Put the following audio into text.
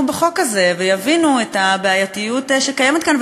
בחוק הזה ויבינו את הבעייתיות שקיימת כאן.